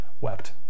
wept